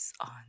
on